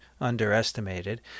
underestimated